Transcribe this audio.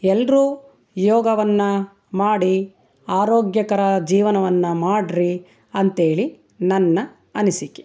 ಎಲ್ಲರೂ ಯೋಗವನ್ನು ಮಾಡಿ ಆರೋಗ್ಯಕರ ಜೀವನವನ್ನು ಮಾಡಿರಿ ಅಂಥೇಳಿ ನನ್ನ ಅನಿಸಿಕೆ